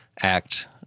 act